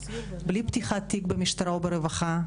בלי פתיחת תיק במשטרה וברווחה.